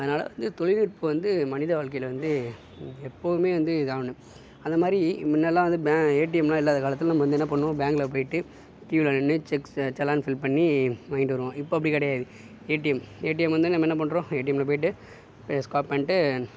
அதனால் இந்த தொழில்நுட்பம் வந்து மனித வாழ்க்கைல வந்து எப்போவுமே வந்து இதான் ஒன்னு அந்தமாதிரி மின்னெல்லாம் வந்து ஏடிஎம்லாம் இல்லாத காலத்துல நம்ம வந்து என்னா பண்ணும் பேங்க்ல போய்ட்டு க்யூவ்ல நின்னு செக் செல்லான் ஃபில் பண்ணி வாங்கிட்டு வருவோம் இப்போ அப்படி கெடையாது ஏடிஎம் ஏடிஎம் வந்தோனே நம்ம என்ன பண்ணுறோம் ஏடிஎம்ல போய்ட்டு